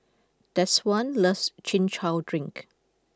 Deshawn loves Chin Chow Drink